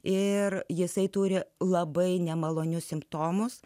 ir jisai turi labai nemalonius simptomus